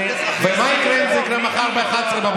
ומה יקרה אם זה יקרה מחר ב-11:00?